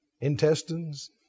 intestines